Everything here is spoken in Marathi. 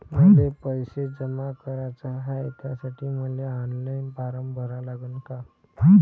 मले पैसे जमा कराच हाय, त्यासाठी मले ऑनलाईन फारम भरा लागन का?